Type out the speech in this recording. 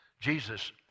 Jesus